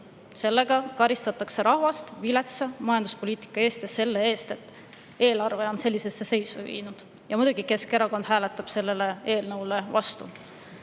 Sellega karistatakse rahvast viletsa majanduspoliitika eest ja selle eest, et eelarve on sellisesse seisu viidud. Ja muidugi Keskerakond hääletab selle eelnõu vastu.